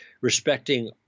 respecting